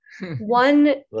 one